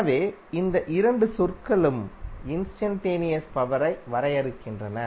எனவே இந்த இரண்டு சொற்களும் இன்ஸ்டன்டேனியஸ் பவரை வரையறுக்கின்றன